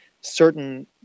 certain